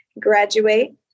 graduate